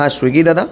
हां स्विगी दादा